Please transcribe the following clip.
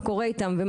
מה קורה איתם,